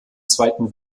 zweiten